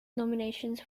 nominations